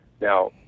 Now